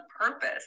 purpose